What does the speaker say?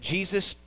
Jesus